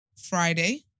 Friday